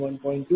210